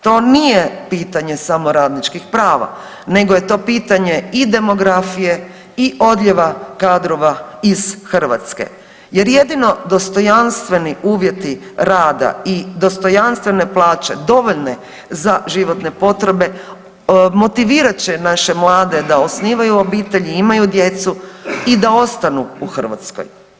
To nije pitanje samo radničkih prava nego je to pitanje i demografije i odlijeva kadrova iz Hrvatske jer jedino dostojanstveni uvjeti rada i dostojanstvene plaće dovoljne za životne potrebe, motivirat će naše mlade da osnivanju obitelj, imaju djecu i da ostanu u Hrvatskoj.